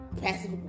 passive